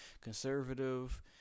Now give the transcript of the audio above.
conservative